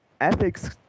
ethics